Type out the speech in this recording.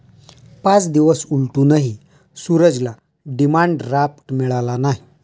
पाच दिवस उलटूनही सूरजला डिमांड ड्राफ्ट मिळाला नाही